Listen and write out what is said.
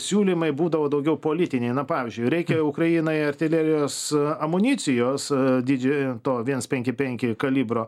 siūlymai būdavo daugiau politiniai na pavyzdžiui reikia ukrainai artilerijos amunicijos didžiojo to viens penki penki kalibro